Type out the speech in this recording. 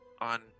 on